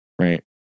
Right